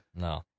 No